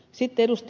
sitten ed